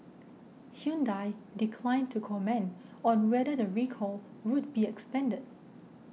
Hyundai declined to comment on whether the recall would be expanded